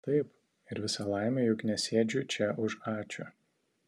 taip ir visa laimė juk nesėdžiu čia už ačiū